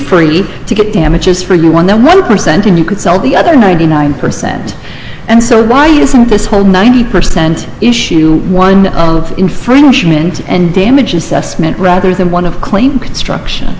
free to get damages for you one then one percent and you could sell the other ninety nine percent and so why isn't this whole ninety percent issue one of infringement and damage assessment rather than one of claim construction